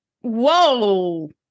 Whoa